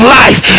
life